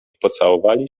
pocałowali